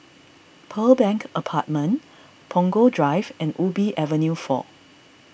Pearl Bank Apartment Punggol Drive and Ubi Avenue four